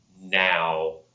now